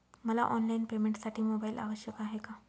मला ऑनलाईन पेमेंटसाठी मोबाईल आवश्यक आहे का?